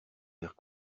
faire